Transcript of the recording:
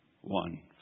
one